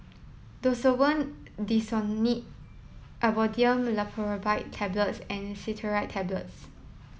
Desowen Desonide Imodium Loperamide Tablets and Cetirizine Tablets